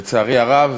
לצערי הרב,